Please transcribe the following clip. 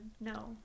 no